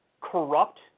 corrupt